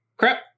crap